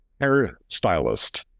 hairstylist